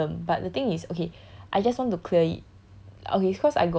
uh not say problem but the thing is okay I just want to clear it